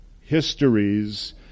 Histories